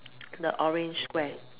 the orange Square